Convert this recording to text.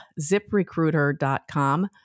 ziprecruiter.com